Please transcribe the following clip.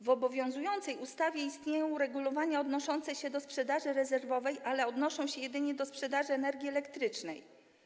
W obowiązującej ustawie istnieją uregulowania odnoszące się do sprzedaży rezerwowej, ale odnoszą się jedynie do sprzedaży energii elektrycznej.